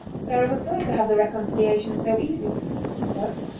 sarah was glad to have the reconciliation so easy but,